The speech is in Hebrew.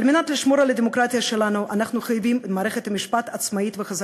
על מנת לשמור על הדמוקרטיה שלנו אנחנו חייבים מערכת משפט עצמאית וחזקה,